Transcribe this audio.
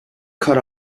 cut